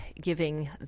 giving